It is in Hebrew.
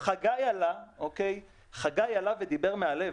חגי עלה ודיבר מהלב.